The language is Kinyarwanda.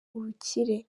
ubukire